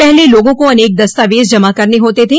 पहले लोगों को अनेक दस्तावेज जमा करने होते थे